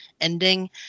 ending